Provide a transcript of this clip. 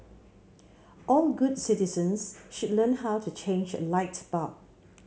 all good citizens should learn how to change a light bulb